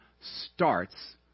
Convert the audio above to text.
starts